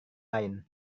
lain